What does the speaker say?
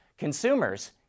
Consumers